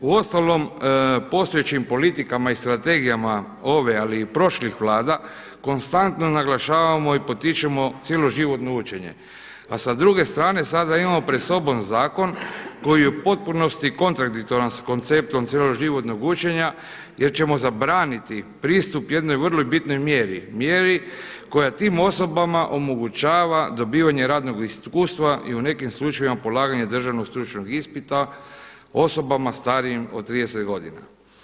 Uostalom, postojećim politikama i strategija ove ali i prošlih vlada, konstantno naglašavamo i potičemo cjeloživotno učenje, a sa druge strane sada imamo pred sobom zakon koji je u potpunosti kontradiktoran s konceptom cjeloživotnog učenja jer ćemo zabraniti pristup jednoj vrlo bitnoj mjeri, mjeri koja tim osobama omogućava dobivanje radnog iskustva i u nekim slučajevima polaganje državnog stručnog ispita osobama starijim od 30 godina.